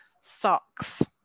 socks